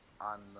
on